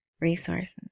resources